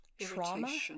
Trauma